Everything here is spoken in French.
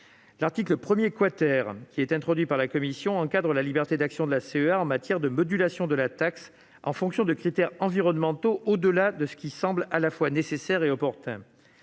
L'article 1 , introduit par la commission, encadre la liberté d'action de la CEA en matière de modulation de la taxe en fonction de critères environnementaux au-delà de ce qui semble à la fois nécessaire et opportun.